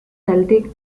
celtic